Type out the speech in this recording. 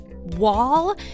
wall